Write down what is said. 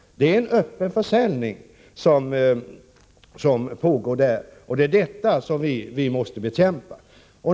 Det är en öppen försäljning som pågår där, och det är detta som vi måste bekämpa.